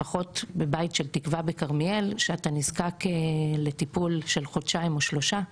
לפחות בבית של תקווה בכרמיאל שאתה נזקק לטיפול של חודשיים או שלושה,